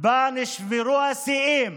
שבה נשברו השיאים